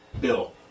Bill